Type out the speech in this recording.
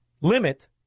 limit